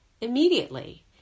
immediately